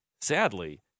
sadly